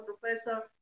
professor